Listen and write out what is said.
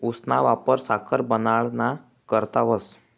ऊसना वापर साखर बनाडाना करता व्हस